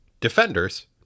Defenders